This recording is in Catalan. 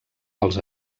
els